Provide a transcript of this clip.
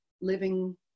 living